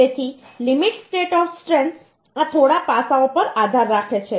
તેથી limit state of strength આ થોડા પાસાઓ પર આધાર રાખે છે